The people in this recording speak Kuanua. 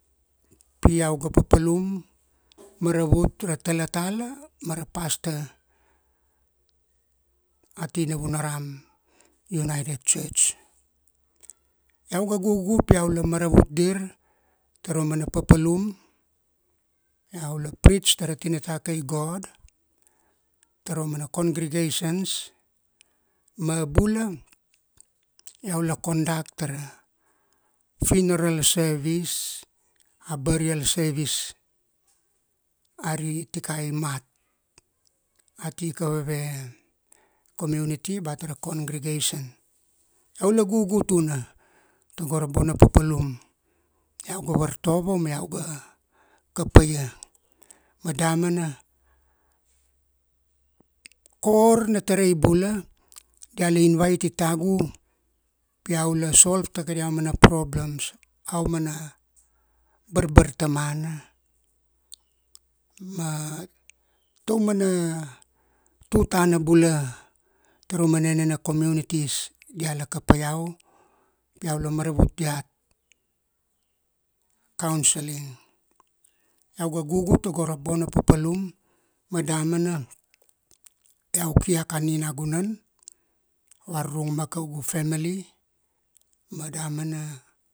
Pi iau ga papalum, maravut ra talatala mara pastor, ati Navunaram, United Church. Iau ga gugu pi iau la maravut dir, tara umana papalum, iau la preach tara tinata kai God, tara umana congregations ma bula, iau la conduct tara funeral service, a burial service, ari tikai imat, ati kaveve, community ba tara congregation. Iau la gugu tuna tago ra bona papalum, iau ga vartovo ma iau ga kapaia. Ma damana, kor na tarai bula dia la invite i tagu, pi iau la solve ta kadia mana problems, aumana barbartamana ma taumana tutana bula tara umana enena communities, dia la kapaia iau pi iau la maravut diat, councelling. Iau ga gugu tago ra bo na papalum ma damana iau ki akani nagunan, varurung ma kaugu family, ma damana